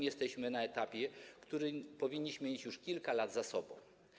Jesteśmy na etapie, którym powinniśmy mieć już kilka lat temu za sobą.